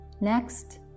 Next